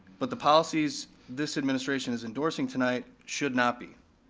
but the policies this administration is endorsing tonight should not be,